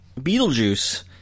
Beetlejuice